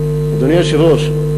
אדוני היושב-ראש,